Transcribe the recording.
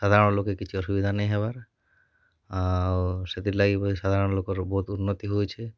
ସାଧାରଣ ଲୋକେ କିଛି ଅସୁବିଧା ନେହି ହବାର ଆଉ ସେଥିରଲାଗି ବହୁତ ସାଧାରଣ ଲୋକର ବହୁତ ଉନ୍ନତି ହୋଇଛେ